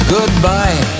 Goodbye